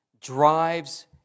drives